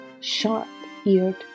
sharp-eared